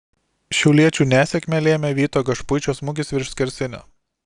šiauliečių nesėkmę lėmė vyto gašpuičio smūgis virš skersinio